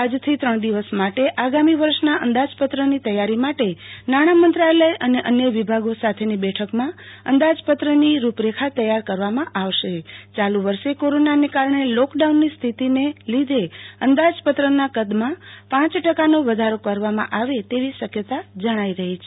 આજથી ત્રણ દિવસ માટે આગામી વર્ષના અંદાજપત્રની તૈયારી માટે નાણામંત્રાલય અને અન્ય વિભાગો સાથેની બેઠકમાં અંદાજપત્રની રૂપરેખા તૈયાર કરવામાં આવશે યાલુ વર્ષે કોરોનાને કારણે લોકડાઉનની સ્થિતિને લીધે અંદાજપત્રના કદમાં પાંચ ટકાનો વધારો કરવામાં આવે એવી શક્યતા જણાઈ રહી છે